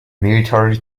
military